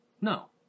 no